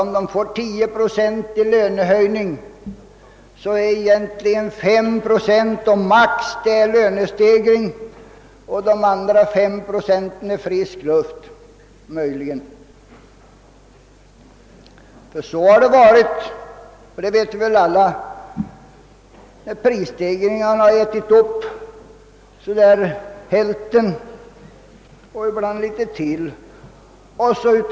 Under sådana förhållanden ger ju en lönehöjning på 10 procent egentligen maximalt 5 procent i lönestegring — de andra 5 procenten är luft. Vi vet alla att det varit på det sättet att prisstegringarna ätit upp hälften av lönehöjningen och ibland litet till.